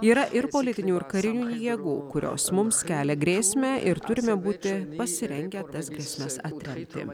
yra ir politinių ir karinių jėgų kurios mums kelia grėsmę ir turime būti pasirengę tas grėsmes atremti